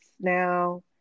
now